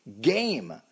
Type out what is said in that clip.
game